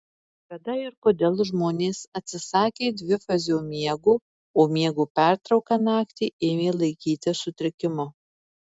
kada ir kodėl žmonės atsisakė dvifazio miego o miego pertrauką naktį ėmė laikyti sutrikimu